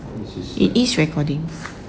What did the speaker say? it is recording